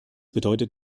bedeutet